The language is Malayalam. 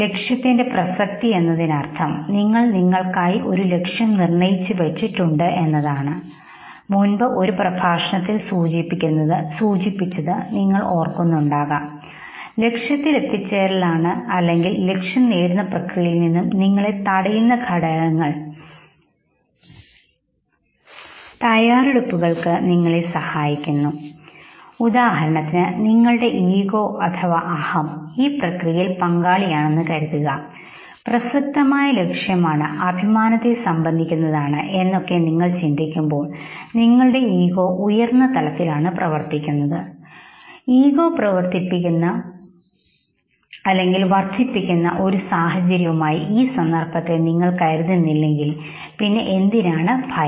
ലക്ഷ്യത്തിന്റെ പ്രസക്തി എന്നതിനർത്ഥം നിങ്ങൾ നിങ്ങൾക്കായി ഒരു ലക്ഷ്യം നിർണ്ണയിച്ചു വച്ചിട്ടുണ്ട് എന്നാണ് മുൻപ് ഒരു പ്രഭാഷണത്തിൽ സൂചിപ്പിച്ചത് നിങ്ങൾ ഓർക്കുന്നുണ്ടാകും ലക്ഷ്യത്തിലെത്തിച്ചേരൽ ആണ് അല്ലെങ്കിൽ ലക്ഷ്യം നേടുന്ന പ്രക്രിയയിൽ നിന്നും തടയുന്ന ഘടകങ്ങൾ കാര്യങ്ങൾ ഒരുക്കുന്നതിന് നിങ്ങളെ സഹായിക്കുന്നു ഉദാഹരണത്തിന് നിങ്ങളുടെ അഹം ഈ പ്രക്രിയയിൽ പങ്കാളിയാണെന്ന് കരുതുക ശരി പ്രസക്തമായ ലക്ഷ്യമാണ്അഭിമാനത്തെ സംബന്ധിക്കുന്നതാണ് എന്നൊക്കെ നിങൾ ചിന്തിക്കുമ്പോൾ നിങ്ങളുടെ ഈഗോ ഉയർന്ന തലത്തിൽ പ്രവർത്തിക്കുകയും ചെയ്യുന്നു നിങ്ങളുടെ ഈഗോ വർദ്ധിപ്പിക്കുന്ന ഒരു സാഹചര്യമായി ഈ സന്ദർഭത്തെ നിങ്ങൾ കരുതുന്നില്ലെങ്കിൽ പിന്നെ എന്തിനാണ് ഭയം